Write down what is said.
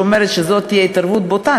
שאומרת שזאת תהיה התערבות בוטה,